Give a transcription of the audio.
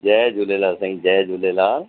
जय झूलेलाल साईं जय झूलेलाल